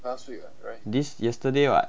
last week this yesterday [what]